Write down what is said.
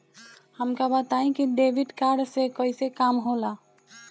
हमका बताई कि डेबिट कार्ड से कईसे काम होला?